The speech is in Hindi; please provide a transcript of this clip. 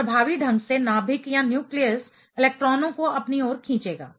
तो प्रभावी ढंग से नाभिक न्यूक्लियस इलेक्ट्रॉनों को अपनी ओर खींचेगा